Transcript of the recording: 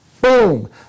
Boom